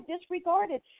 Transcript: disregarded